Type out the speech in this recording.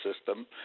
system